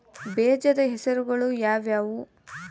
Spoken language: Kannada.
ಬೇಜದ ಹೆಸರುಗಳು ಯಾವ್ಯಾವು?